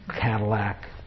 Cadillac